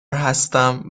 هستم